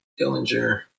Dillinger